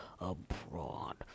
abroad